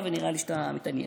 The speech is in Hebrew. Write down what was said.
את דוקטור לגנטיקה.